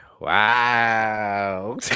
Wow